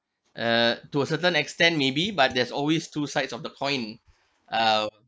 uh to a certain extent maybe but there's always two sides of the coin uh